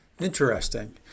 Interesting